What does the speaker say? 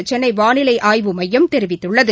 என்றுசென்னைவானிலைஆய்வு மையம் தெரிவித்துள்ளது